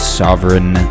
sovereign